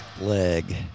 leg